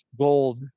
gold